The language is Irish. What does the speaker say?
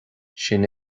sin